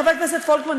חבר הכנסת פולקמן,